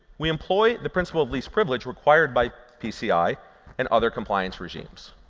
we employ the principle of least privilege required by pci and other compliance regimes.